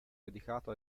dedicato